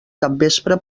capvespre